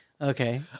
okay